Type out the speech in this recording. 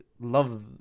love